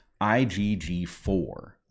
IgG4